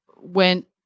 went